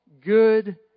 good